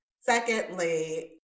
Secondly